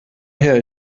her